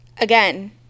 again